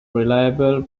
reliable